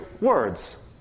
words